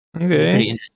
Okay